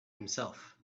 himself